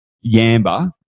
Yamba